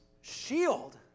shield